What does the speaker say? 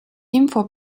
info